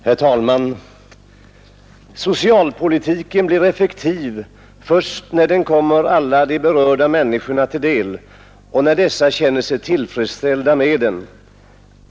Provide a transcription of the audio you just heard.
Herr talman! ”Socialpolitiken blir effektiv, först när den kommer alla berörda människor till del och när dessa känner sig tillfredsställda med den.